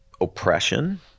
oppression